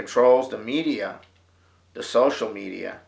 control the media the social media